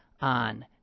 on